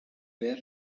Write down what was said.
bear